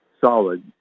solid